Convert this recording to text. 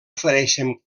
ofereixen